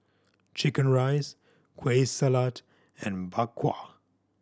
chicken rice Kueh Salat and Bak Kwa